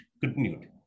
continued